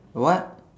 what